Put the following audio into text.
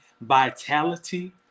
vitality